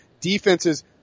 Defenses